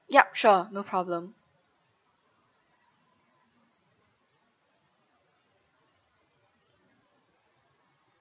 yup sure no problem